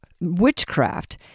witchcraft